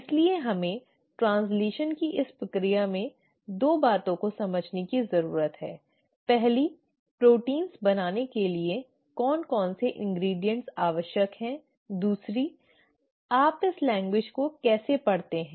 इसलिए हमें ट्रैन्स्लैशन की इस प्रक्रिया में 2 बातों को समझने की जरूरत है 1 प्रोटीन बनाने के लिए कौन कौन सी चीजें आवश्यक हैं और 2 आप इस भाषा को कैसे पढ़ते हैं